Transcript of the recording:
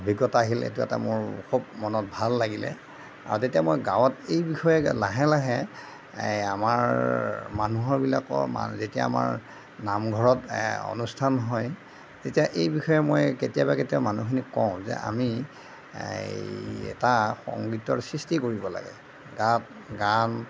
অভিজ্ঞতা আহিলে সেইটো এটা মোৰ খুব মনত ভাল লাগিলে আৰু তেতিয়া মই গাঁৱত এই বিষয়ে লাহে লাহে এই আমাৰ মানুহবিলাকৰ যেতিয়া আমাৰ নামঘৰত অনুষ্ঠান হয় তেতিয়া এই বিষয়ে মই কেতিয়াবা কেতিয়াবা মানুহখিনিক কওঁ যে আমি এই এটা সংগীতৰ সৃষ্টি কৰিব লাগে গাপ গান